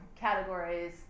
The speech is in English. categories